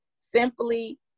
simply